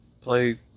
Play